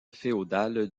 féodales